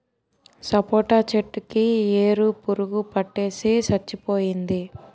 సపోటా చెట్టు కి ఏరు పురుగు పట్టేసి సచ్చిపోయింది